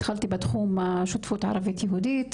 התחלתי בתחום השותפות ערבית יהודית,